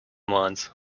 lines